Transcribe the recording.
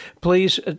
Please